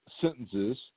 sentences